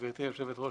גברתי יושבת הראש,